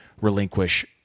relinquish